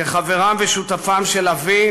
כחברם ושותפם של אבי,